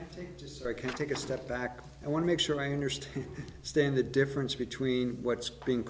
i can take a step back i want to make sure i understand stan the difference between what's being